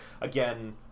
again